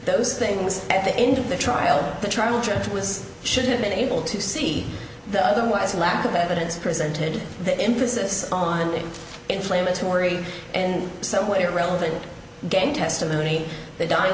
those things at the end of the trial the trial judge was should have been able to see the otherwise lack of evidence presented the emphasis on inflammatory and somewhat irrelevant game testimony in the dying